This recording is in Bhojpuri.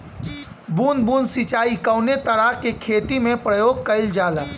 बूंद बूंद सिंचाई कवने तरह के खेती में प्रयोग कइलजाला?